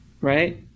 Right